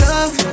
Love